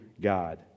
God